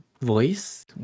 voice